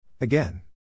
Again